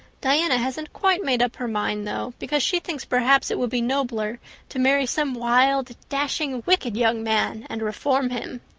diana hasn't quite made up her mind though, because she thinks perhaps it would be nobler to marry some wild, dashing, wicked young man and reform him.